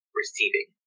receiving